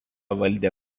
valdė